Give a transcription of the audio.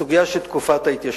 הסוגיה של תקופת ההתיישנות.